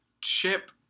Chip